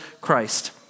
Christ